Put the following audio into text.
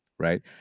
right